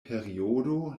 periodo